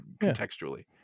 contextually